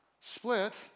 split